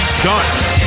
starts